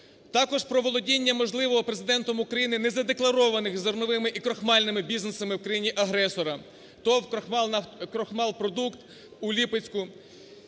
Також про володіння можливого Президентом України незадекларованих зерновими і крохмальними бізнесами в країні агресора, ТОВ "Крохмалпродукт" у Липецьку.